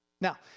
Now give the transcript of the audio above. now